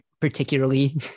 particularly